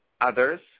Others